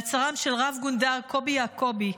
מעצרם של רב-גונדר קובי יעקובי,